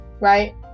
Right